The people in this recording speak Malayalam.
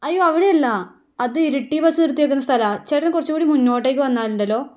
അയ്യോ അവിടെയല്ല അത് ഇരിട്ടി ബസ്സ് നിർത്തിയിരിക്കുന്ന സ്ഥലമാണ് ചേട്ടൻ കുറച്ചുകൂടി മുന്നോട്ടേക്ക് വന്നാലുണ്ടല്ലോ